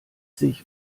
sich